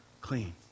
clean